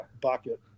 bucket